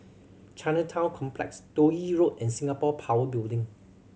Chinatown Complex Toh Yi Road and Singapore Power Building